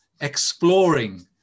exploring